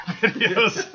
videos